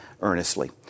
earnestly